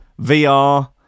VR